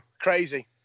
Crazy